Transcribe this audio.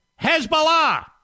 Hezbollah